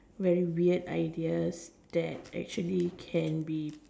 very weird ideas that actually can be